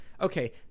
Okay